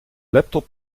laptop